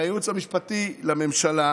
והייעוץ המשפטי לממשלה